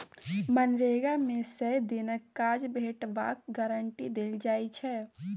मनरेगा मे सय दिनक काज भेटबाक गारंटी देल जाइ छै